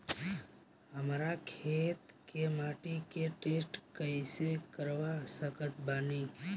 हमरा खेत के माटी के टेस्ट कैसे करवा सकत बानी?